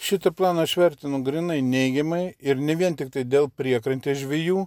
šitą planą aš vertinu grynai neigiamai ir ne vien tiktai dėl priekrantės žvejų